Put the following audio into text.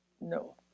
no